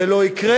זה לא יקרה?